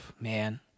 Man